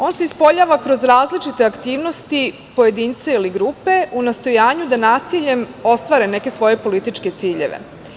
On se ispoljava kroz različite aktivnosti pojedinca ili grupe u nastojanju da nasiljem ostvare neke svoje političke ciljeve.